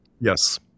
Yes